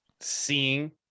seeing